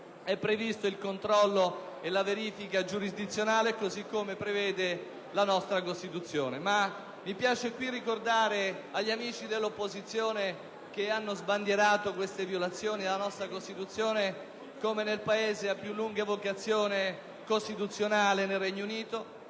è previsto il controllo e la verifica giurisdizionale, così come prevede la nostra Costituzione. Mi piace inoltre ricordare gli amici dell'opposizione che hanno sbandierato queste violazioni della nostra Costituzione come nel Paese a più lunga vocazione costituzionale, il Regno Unito,